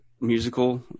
musical